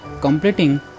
completing